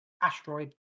Asteroid